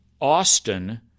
Austin